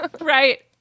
Right